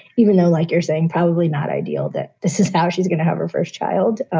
even though, like you're saying, probably not ideal that this is how she's going to have her first child.